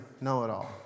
know-it-all